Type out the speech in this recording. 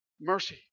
mercy